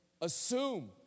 assume